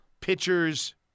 pitchers